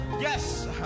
Yes